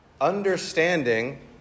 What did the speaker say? Understanding